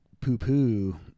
poo-poo